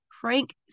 Frank